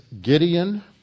Gideon